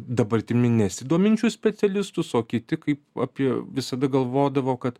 dabartimi nesidominčius specialistus o kiti kaip apie visada galvodavo kad